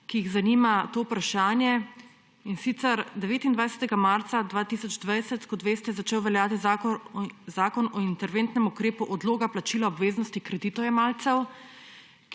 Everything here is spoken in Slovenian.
ki jih zanima to vprašanje. In sicer, 29. marca 2020 je, kot veste, začel veljati Zakon o interventnem ukrepu odloga plačila obveznosti kreditojemalcev,